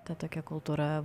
ta tokia kultūra